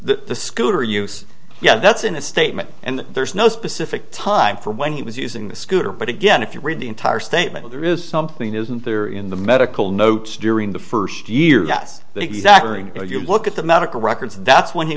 the scooter use yeah that's in a statement and there's no specific time for when he was using the scooter but again if you read the entire statement there is something isn't there in the medical notes during the first year that's the exact thing if you look at the medical records that's when he